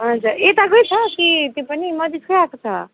हजुर यताकै छ कि त्यो पनि मधेसकै आएको छ